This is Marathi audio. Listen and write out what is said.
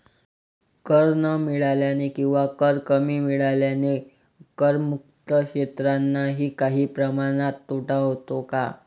कर न मिळाल्याने किंवा कर कमी मिळाल्याने करमुक्त क्षेत्रांनाही काही प्रमाणात तोटा होतो का?